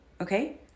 okay